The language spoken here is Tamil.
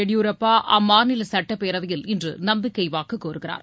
எடியூரப்பா அம்மாநில சட்டப்பேரவையில் இன்று நம்பிக்கை வாக்கு கோருகிறார்